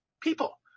people